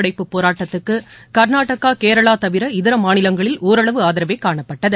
அடைப்புப் போராட்டத்துக்கு கர்நாடகா கேரளா தவிர இதர மாநிலங்களில் ஒரளவு ஆதரவே காணப்பட்டகு